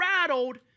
rattled